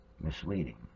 misleading